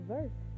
Verse